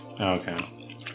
okay